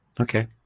Okay